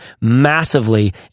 massively